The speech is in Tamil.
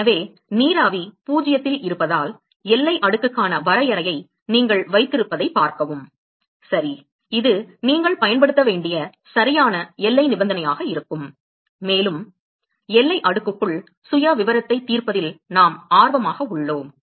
எனவே நீராவி 0 இல் இருப்பதால் எல்லை அடுக்குக்கான வரையறையை நீங்கள் வைத்திருப்பதைப் பார்க்கவும் சரி இது நீங்கள் பயன்படுத்த வேண்டிய சரியான எல்லை நிபந்தனையாக இருக்கும் மேலும் எல்லை அடுக்குக்குள் சுயவிவரத்தைத் தீர்ப்பதில் நாம் ஆர்வமாக உள்ளோம்